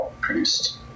produced